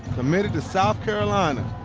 committed to south carolina,